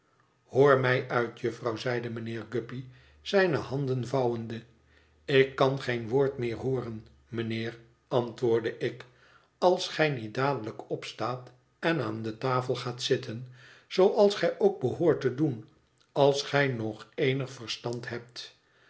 hoor mij uit jufvrouw zeide mijnheer guppy zijne handen vouwende ik kan geen woord meer hooren mijnheer antwoordde ik als gij niet dadelijk opstaat en aan de tafel gaat zitten zooals gij ook behoort te doen als gij nog ecnig verstand hebt